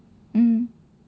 mm